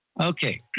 Okay